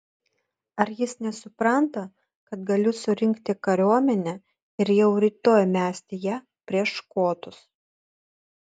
ar jis nesupranta kad galiu surinkti kariuomenę ir jau rytoj mesti ją prieš škotus